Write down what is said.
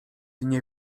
nie